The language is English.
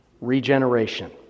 Regeneration